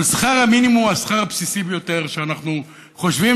אבל שכר המינימום הוא השכר הבסיסי ביותר שאנחנו חושבים